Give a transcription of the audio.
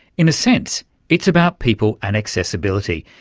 in a sense it's about people and accessibility,